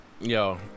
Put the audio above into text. yo